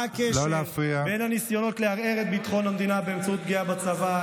מה הקשר בין הניסיונות לערער את ביטחון המדינה באמצעות פגיעה בצבא,